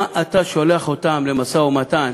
למה אתה שולח אותם למשא-ומתן